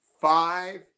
five